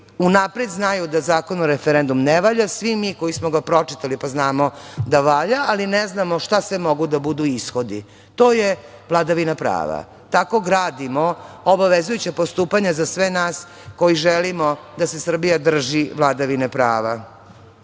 unapred znaju da Zakon o referendumu ne valja, svi mi koji smo ga pročitali pa znamo da valja, ali ne znam šta sve mogu da budu ishodi. To je vladavina prava. Tako gradimo obavezujuća postupanja za sve nas koji želimo da se Srbija drži vladavine prava. Sve